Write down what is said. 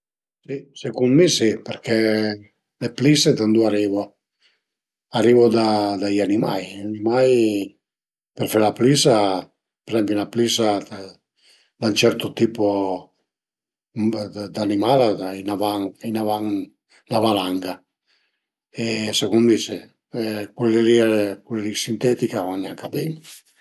Secund mi si perché le plisse da ëndua arivu? Arivu da i animai, i animai për fe la plissa, për ezempi, 'na plissa d'ün certo tipo d'animal a i ën van, a i ën van 'na valanga e secund mi si, cule li cule sintetiche a van gnanca bin